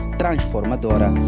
transformadora